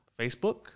Facebook